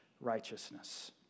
righteousness